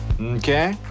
Okay